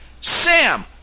Sam